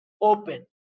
open